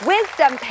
Wisdom